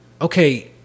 okay